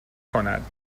کند